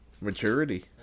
maturity